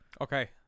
Okay